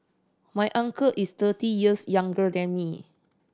my uncle is thirty years younger than me